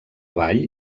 avall